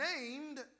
named